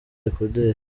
dekoderi